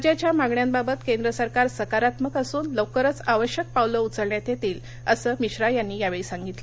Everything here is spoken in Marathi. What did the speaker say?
राज्याच्या मागण्यांबाबत केंद्र सरकार सकारात्मक असून लवकरच आवश्यक पावले उचलण्यात येतील असं मिश्रा यांनी यावेळी सांगितलं